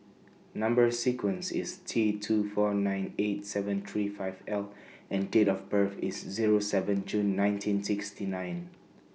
Number sequence IS T two four nine eight seven three five L and Date of birth IS Zero seven June nineteen sixty nine